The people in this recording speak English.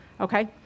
okay